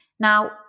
Now